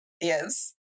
Yes